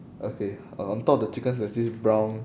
okay uh on top of the chickens there's this brown